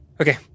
Okay